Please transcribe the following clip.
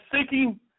seeking